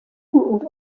und